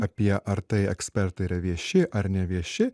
apie ar tai ekspertai yra vieši ar nevieši